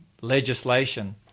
legislation